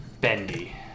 bendy